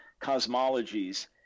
cosmologies